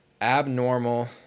abnormal